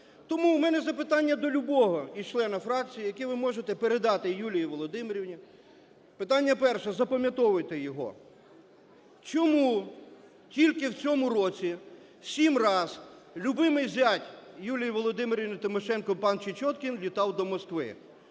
Тому в мене запитання до любого із членів фракції, які ви можете передати Юлії Володимирівні. Питання перше, запам'ятовуйте його: чому тільки в цьому році сім раз любимий зять Юлії Володимирівни Тимошенко пан Чечеткін літав до Москви?